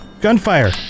Gunfire